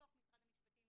משרד המשפטים בוועדה,